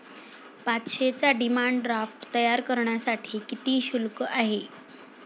पाचशेचा demand draft तयार करण्यासाठी किती शुल्क आहे?